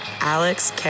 Alex